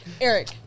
Eric